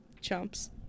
Chumps